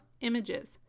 images